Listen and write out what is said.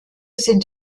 sind